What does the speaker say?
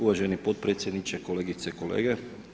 Uvaženi potpredsjedniče, kolegice i kolege!